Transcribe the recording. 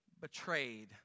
betrayed